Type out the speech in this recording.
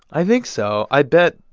i think so. i bet.